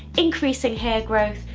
increasing hair growth,